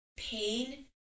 Pain